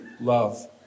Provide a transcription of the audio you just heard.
love